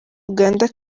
uganda